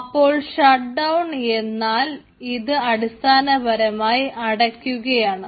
അപ്പോൾ ഷട്ട്ഡൌൺ എന്നാൽ ഇത് അടിസ്ഥാനപരമായി അടക്കുകയാണ്